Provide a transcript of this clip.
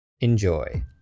Enjoy